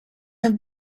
have